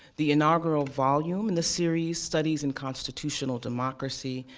the inaugural volume in the series, studies in constitutional democracy,